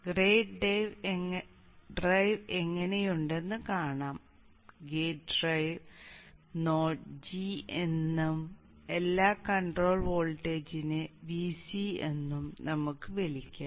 gate drive എങ്ങനെയുണ്ടെന്ന് കാണാം gate drive node g എന്നും എല്ലാ കൺട്രോൾ വോൾട്ടേജിനെ Vc എന്നും നമുക്ക് വിളിക്കാം